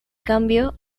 cambio